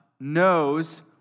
knows